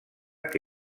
que